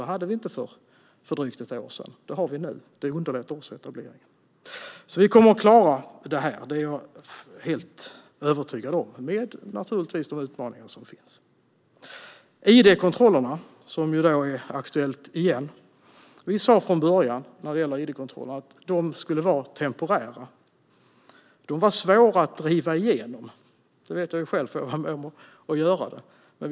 Det hade vi inte för drygt ett år sedan. Det har vi nu. Det underlättar också etableringen. Vi kommer att klara detta - det är jag helt övertygad om - med de utmaningar som finns. Id-kontrollerna är aktuella igen. Vi sa från början när det gällde idkontrollerna att de skulle vara temporära. De var svåra att driva igenom. Det vet jag själv, eftersom jag var med om att göra det.